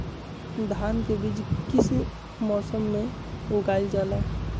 धान के बीज किस मौसम में उगाईल जाला?